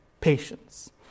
patience